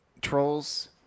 Trolls